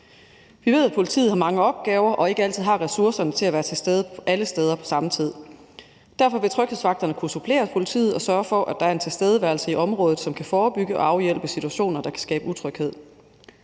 Vi ved, at politiet har mange opgaver og ikke altid har ressourcerne til at være til stede alle steder på samme tid. Derfor vil tryghedsvagterne kunne supplere politiet og sørge for, at der er en tilstedeværelse i området, som kan forebygge og afhjælpe situationer, der kan skabe utryghed.